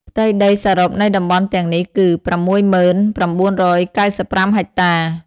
ផ្ទៃដីសរុបនៃតំបន់ទាំងនេះគឺ ៦០,៩៩៥ ហិកតា។